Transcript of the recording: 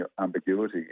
ambiguity